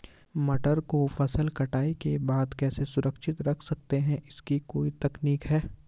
मटर को फसल कटाई के बाद कैसे सुरक्षित रख सकते हैं इसकी कोई तकनीक है?